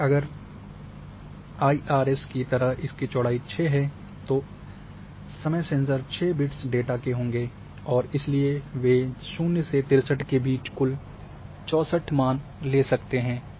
और अगर I R S की तरह इसकी चौड़ाई 6 है तो समय सेंसर 6 बिट्स डेटा के होंगे और इसलिए वे 0 से 63 के बीच कुल 64 मान ले सकता है